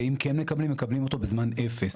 ואם כן מקבלים מקבלים אותו בזמן אפס.